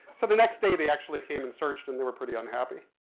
so the next day they actually came and searched and they were pretty unhappy.